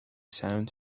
sound